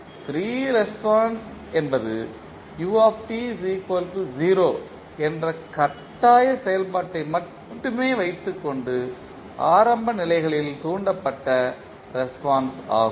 free response என்பது u 0 என்ற கட்டாய செயல்பாட்டை மட்டுமே வைத்துக்கொண்டு ஆரம்ப நிலைகளால் தூண்டப்பட்ட ரெஸ்பான்ஸ் ஆகும்